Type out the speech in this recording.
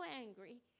angry